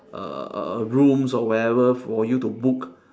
a a a rooms or whatever for you to book